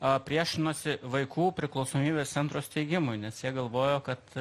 priešinosi vaikų priklausomybės centro steigimui nes jie galvojo kad